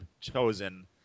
chosen